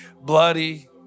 Bloody